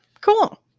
Cool